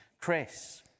Chris